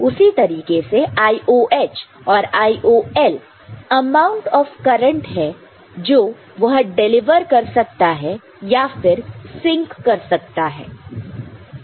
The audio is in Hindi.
उसी तरीके से IOH और IOLअमाउंट ऑफ़ करंट है जो वह डिलीवर कर सकता है या फिर सिंक कर सकता है